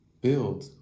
build